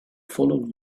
follow